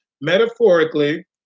metaphorically